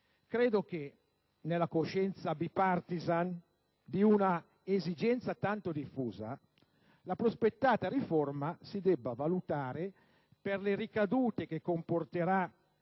ritengo che, nella coscienza *bipartisan* di una esigenza tanto diffusa, la prospettata riforma si debba valutare per le ricadute che comporterà